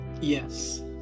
Yes